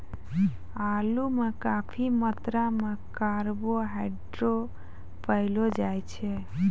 आलू म काफी मात्रा म कार्बोहाइड्रेट पयलो जाय छै